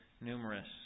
numerous